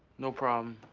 no problem.